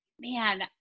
man